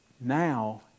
now